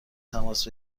تماس